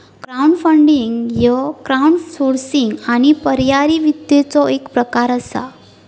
crowdfunding ह्य crowdsourcing आणि पर्यायी वित्ताचो एक प्रकार असा